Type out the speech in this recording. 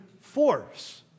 force